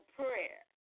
prayer